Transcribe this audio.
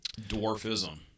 dwarfism